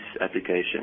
application